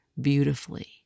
beautifully